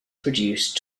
produce